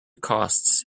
costs